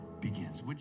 begins